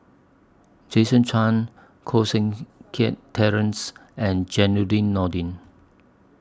Jason Chan Koh Seng Kiat Terence and Zainudin Nordin